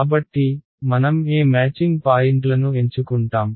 కాబట్టి మనం ఏ మ్యాచింగ్ పాయింట్లను ఎంచుకుంటాం